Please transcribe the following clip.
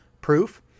proof